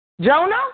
Jonah